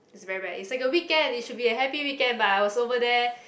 is very bad it's a weekend it should be a happy weekend but I was over there